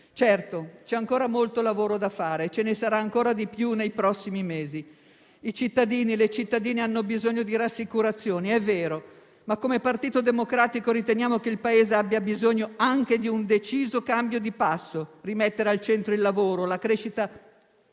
Certo, c'è ancora molto lavoro da fare e ce ne sarà ancora di più nei prossimi mesi. I cittadini e le cittadine hanno bisogno di rassicurazioni, è vero, ma come membri del Partito Democratico riteniamo che il Paese abbia bisogno anche di un deciso cambio di passo: che siano rimessi al centro il lavoro e la crescita